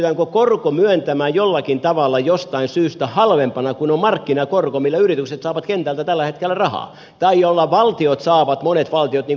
pystytäänkö korko myöntämään jollakin tavalla jostain syystä halvempana kuin on markkinakorko millä yritykset saavat kentältä tällä hetkellä rahaa tai millä valtiot saavat monet valtiot niin kuin suomi